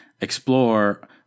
Explore